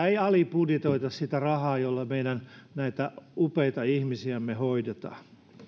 ei alibudjetoitaisi sitä rahaa jolla näitä meidän upeita ihmisiämme hoidetaan